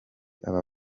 aba